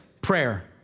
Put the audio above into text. prayer